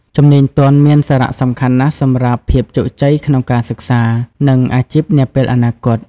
ជំនាញទន់ មានសារៈសំខាន់ណាស់សម្រាប់ភាពជោគជ័យក្នុងការសិក្សា និងអាជីពនាពេលអនាគត។